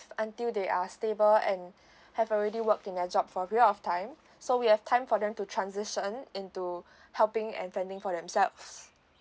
until they are stable and have already work in a job for a period of time so we have time for them to transition into helping and fending for themselves